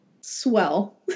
Swell